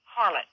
harlot